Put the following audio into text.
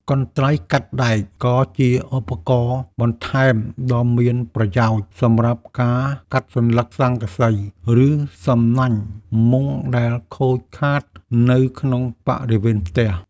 កន្ត្រៃកាត់ដែកក៏ជាឧបករណ៍បន្ថែមដ៏មានប្រយោជន៍ សម្រាប់ការកាត់សន្លឹកស័ង្កសី ឬសំណាញ់មុងដែលខូចខាតនៅក្នុងបរិវេណផ្ទះ។